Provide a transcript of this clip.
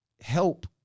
help